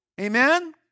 Amen